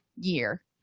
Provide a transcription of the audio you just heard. year